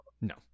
No